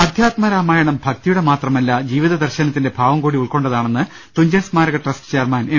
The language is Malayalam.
അധ്യാത്മ രാമായണം ഭക്തിയുടെമാത്രമല്ല ജീവി തദർശനത്തിന്റെ ഭാവംകൂടി ഉൾക്കൊണ്ടതാണെന്ന് Thunchan Smaraka trust chairman M